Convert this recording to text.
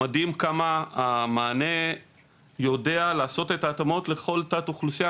מדהים כמה המענה יודע לעשות את ההתאמות לכל תת אוכלוסייה,